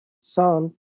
Son